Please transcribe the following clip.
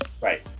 Right